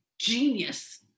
genius